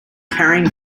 carrying